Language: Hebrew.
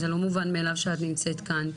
זה לא מובן מאליו שאת נמצאת כאן,